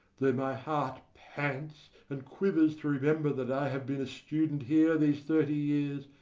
though my heart pants and quivers to remember that i have been a student here these thirty years,